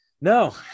no